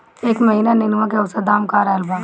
एह महीना नेनुआ के औसत दाम का रहल बा?